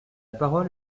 parole